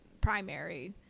primary